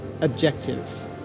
objective